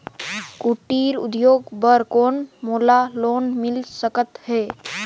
कुटीर उद्योग बर कौन मोला लोन मिल सकत हे?